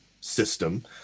system